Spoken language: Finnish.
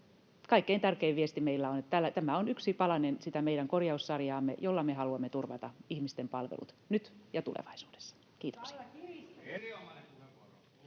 Kaikkein tärkein viesti meillä on, että tämä on yksi palanen sitä meidän korjaussarjaamme, jolla me haluamme turvata ihmisten palvelut nyt ja tulevaisuudessa. — Kiitoksia.